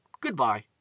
Goodbye